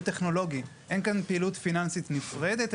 טכנולוגי; אין כאן פעילות פיננסית נפרדת,